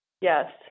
Yes